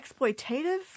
exploitative